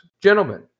gentlemen